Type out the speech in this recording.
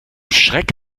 schreck